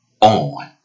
on